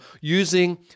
using